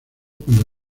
cuando